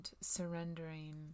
surrendering